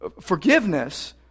Forgiveness